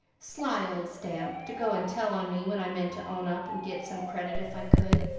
sly old stamp! to go and tell on me when i meant to own up, and get some credit if i could,